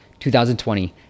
2020